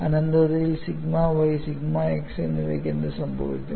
അനന്തതയിൽ sigma y sigma x എന്നിവയ്ക്ക് എന്ത് സംഭവിക്കും